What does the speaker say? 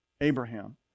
Abraham